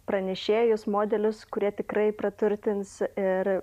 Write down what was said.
pranešėjus modelius kurie tikrai praturtins ir